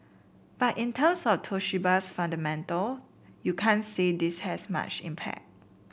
but in terms of Toshiba's fundamental you can't say this has much impact